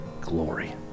glory